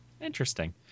Interesting